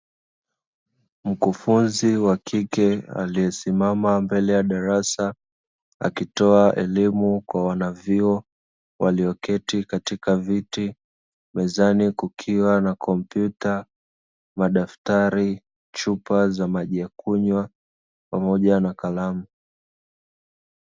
Mkufunzi wa kike aliyesimama mbele ya darasa akitoa elimu kwa wanavyuo walioketi katika viti mezani kukiwa na kompyuta, madaftari, chupa za maji ya kunywa pamoja na kalamu.